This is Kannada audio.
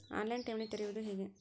ಆನ್ ಲೈನ್ ಠೇವಣಿ ತೆರೆಯುವುದು ಹೇಗೆ?